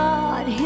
God